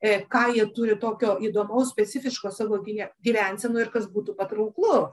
e ką jie turi tokio įdomaus specifiško savo gyve gyvensenoj ir kas būtų patrauklu